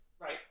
Right